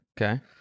Okay